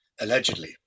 allegedly